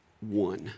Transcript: one